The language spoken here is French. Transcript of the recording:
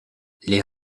les